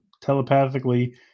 telepathically